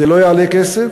זה לא יעלה כסף.